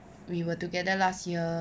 we were together last year